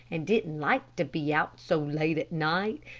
and didn't like to be out so late at night,